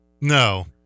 No